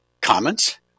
Comments